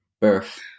birth